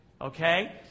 Okay